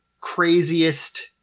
craziest